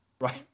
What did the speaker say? Right